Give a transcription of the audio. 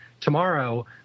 tomorrow